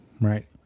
right